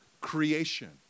creation